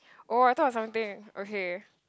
oh I thought of something okay